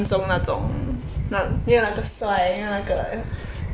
没有那么帅没有那个